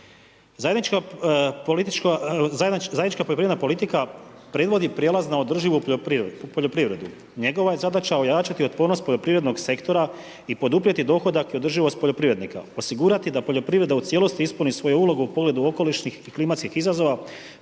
Zajednička poljoprivredna politika predvodi prijelaz na održivu poljoprivredu. Njegova je zadaća ojačati otpornost poljoprivrednog sektora i poduprijeti dohodak i održivost poljoprivrednika, osigurati da poljoprivreda u cijelosti ispuni svoju ulogu u pogledu okolišnih i klimatskih izazova